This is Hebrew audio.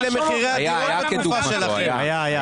גרועים כרגע.